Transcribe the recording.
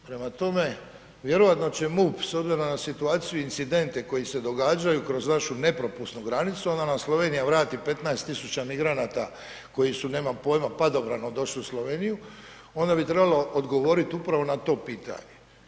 Prema tome, vjerojatno će MUP s obzirom na situacije i incidente koji se događaju kroz našu nepropusnu granicu, a onda nam Slovenija vrati 15.000 migranata koji su nemam pojma, padobranom došli u Sloveniju, onda bi trebalo odgovoriti upravo na to pitanje.